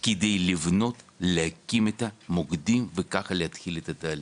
כדי לבנות ולהקים את המוקדים וככה להתחיל את התהליך.